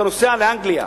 אתה נוסע לאנגליה.